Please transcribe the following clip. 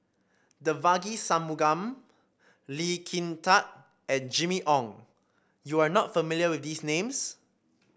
Devagi Sanmugam Lee Kin Tat and Jimmy Ong you are not familiar with these names